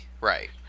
right